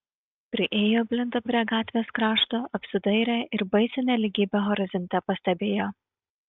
priėjo blinda prie gatvės krašto apsidairė ir baisią nelygybę horizonte pastebėjo